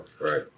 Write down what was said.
right